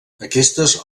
aquestes